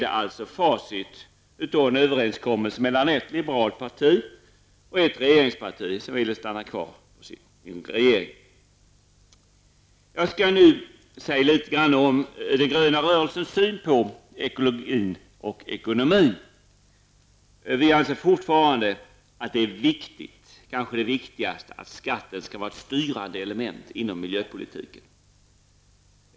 Det är alltså facit av en överenskommelse mellan ett liberalt parti och ett regeringsparti som ville stanna kvar i regeringsställning. Jag skall nu säga lite grand om den gröna rörelsens syn på ekologin och ekonomin. Miljöpartiet de gröna anser fortfarande att det är viktigt, och kanske det viktigaste, att skatten är ett styrande element inom miljöpolitiken.